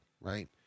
right